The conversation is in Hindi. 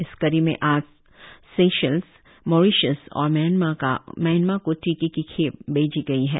इस कडी में आज सेशल्स मॉरिशस और म्यामां को टीके की खेप भेजी गई है